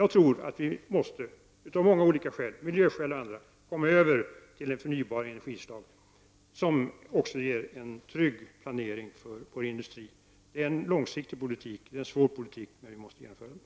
Jag tror att vi i dag av miljöskäl och många andra skäl måste komma över till förnybara energislag, som också gör en trygg planering möjlig för vår industri. Det är en långsiktig politik, och det är en svår politik, men vi måste genomföra den.